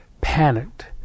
panicked